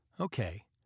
okay